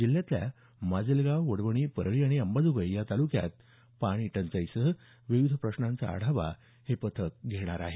जिल्ह्यातल्या माजलगाव वडवणी परळी आणि अंबाजोगाई या तालुक्यात पाणी टंचाईसह विविध प्रश्नांचा आढावा हे पथक घेणार आहे